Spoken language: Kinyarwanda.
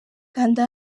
kanda